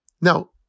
Now